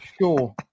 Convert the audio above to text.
Sure